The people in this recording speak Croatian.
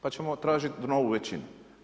Pa ćemo tražiti novu većinu.